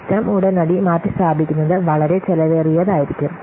system ഉടനടി മാറ്റിസ്ഥാപിക്കുന്നത് വളരെ ചെലവേറിയതായിരിക്കും